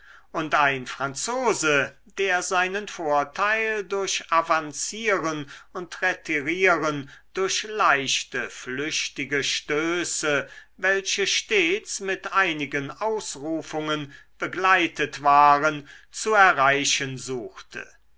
und ein franzose der seinen vorteil durch avancieren und retirieren durch leichte flüchtige stöße welche stets mit einigen ausrufungen begleitet waren zu erreichen suchte